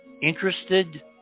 interested